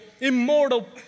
immortal